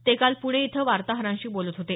ते काल पुणे इथं वार्ताहरांशी बोलत होते